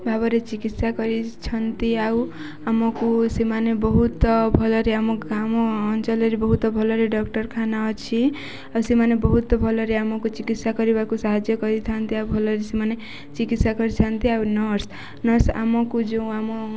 ଭାବରେ ଚିକିତ୍ସା କରିଛନ୍ତି ଆଉ ଆମକୁ ସେମାନେ ବହୁତ ଭଲରେ ଆମ ଆମ ଅଞ୍ଚଳରେ ବହୁତ ଭଲରେ ଡାକ୍ତରଖାନା ଅଛି ଆଉ ସେମାନେ ବହୁତ ଭଲରେ ଆମକୁ ଚିକିତ୍ସା କରିବାକୁ ସାହାଯ୍ୟ କରିଥାନ୍ତି ଆଉ ଭଲରେ ସେମାନେ ଚିକିତ୍ସା କରିଥାନ୍ତି ଆଉ ନର୍ସ ନର୍ସ ଆମକୁ ଯେଉଁ ଆମ